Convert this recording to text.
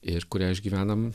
ir kurią išgyvenam